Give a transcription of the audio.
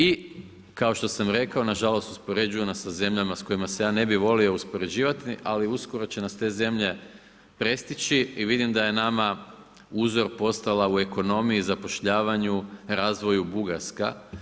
I kao što sam rekao nažalost uspoređuju nas sa zemljama s kojima se ja ne bih volio uspoređivati, ali uskoro će nas te zemlje prestići i vidim da je nama uzor postala u ekonomiji i zapošljavanju i razvoju Bugarska.